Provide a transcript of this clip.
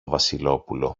βασιλόπουλο